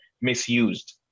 misused